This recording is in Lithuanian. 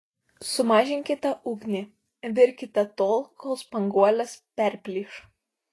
sumažinkite ugnį virkite tol kol spanguolės perplyš